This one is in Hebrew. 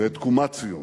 ואת תקומת ציון.